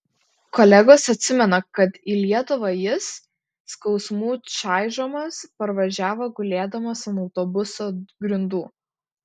kolegos atsimena kad į lietuvą jis skausmų čaižomas parvažiavo gulėdamas ant autobuso grindų